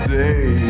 day